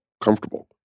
comfortable